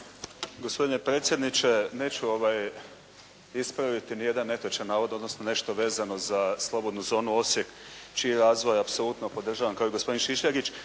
Gospodine predsjedniče, neću ispraviti niti jedan netočan navod, odnosno nešto vezano za slobodnu zonu Osijek čiji razvoj apsolutno podržavam kao i gospodin Šišljagić,